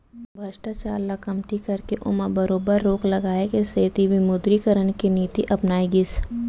भस्टाचार ल कमती करके ओमा बरोबर रोक लगाए के सेती विमुदरीकरन के नीति अपनाए गिस